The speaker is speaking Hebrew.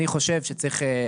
אז אני חושב שצריך,